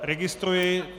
Registruji.